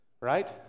Right